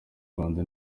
rwanda